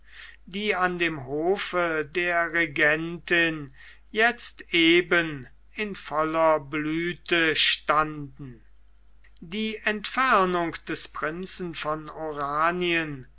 die an dem hofe der regentin jetzt eben in voller blüthe standen die entfernung des prinzen von oranien